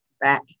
back